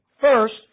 First